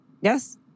Yes